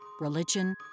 religion